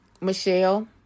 Michelle